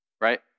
right